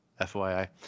FYI